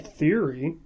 theory